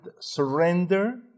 surrender